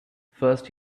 first